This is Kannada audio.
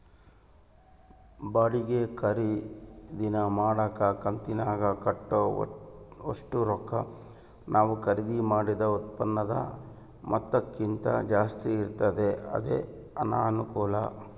ಬಾಡಿಗೆ ಖರೀದಿನ ಮಾಡಕ ಕಂತಿನಾಗ ಕಟ್ಟೋ ಒಷ್ಟು ರೊಕ್ಕ ನಾವು ಖರೀದಿ ಮಾಡಿದ ಉತ್ಪನ್ನುದ ಮೊತ್ತಕ್ಕಿಂತ ಜಾಸ್ತಿ ಇರ್ತತೆ ಅದೇ ಅನಾನುಕೂಲ